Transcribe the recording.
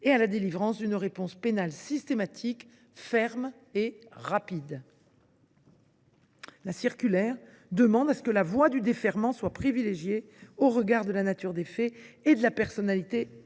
et d’apporter une réponse pénale systématique, ferme et rapide. La circulaire demande que la voie du défèrement soit privilégiée, au regard de la nature des faits et de la personnalité du mis